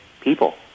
people